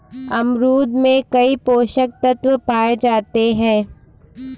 अमरूद में कई पोषक तत्व पाए जाते हैं